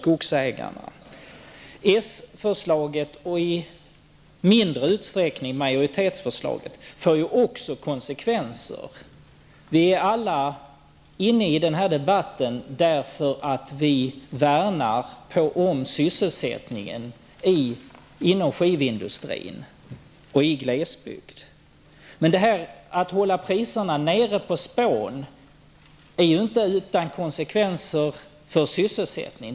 Socialdemokraternas förslag -- och i mindre utsträckning majoritetsförslaget -- får också konsekvenser. Vi deltar alla i den här debatten därför att vi värnar om sysselsättningen inom skivindustrin och i glesbygden. Men att hålla priserna på spån nere är inte utan konsekvenser för sysselsättningen.